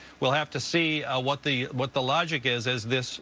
we'll have to see what the what the logic is as this